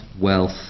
wealth